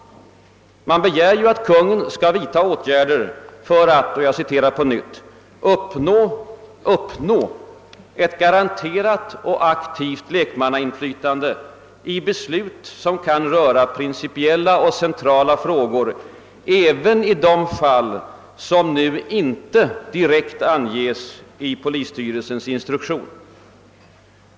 Man begär att Kungl. Maj:t skall vidta åtgärder för att »uppnå ett garanterat och aktivt lekmannadeltagande i beslut som kan röra principiella och centrala frågor även i fall som nu inte direkt anges» i rikspolisstyrelsens instruktion.